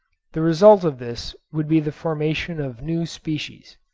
the result of this would be the formation of new species.